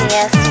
Yes